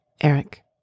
Eric